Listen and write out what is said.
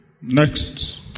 Next